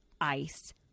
ice